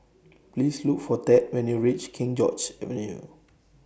Please Look For Thad when YOU REACH King George's Avenue